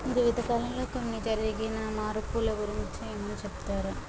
జీవిత కాలంలో కొన్ని జరిగిన మార్పుల గురించి ఏందో చెబుతారా